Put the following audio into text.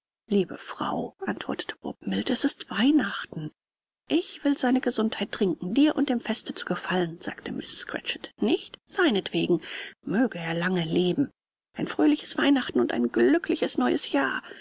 liebe frau antwortete bob mild es ist weihnachten ich will seine gesundheit trinken dir und dem feste zu gefallen sagte mrs cratchit nicht seinetwegen möge er lange leben ein fröhliches weihnachten und ein glückliches neues jahr